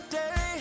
day